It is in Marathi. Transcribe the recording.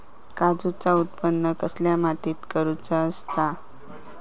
काजूचा उत्त्पन कसल्या मातीत करुचा असता?